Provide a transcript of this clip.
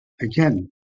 again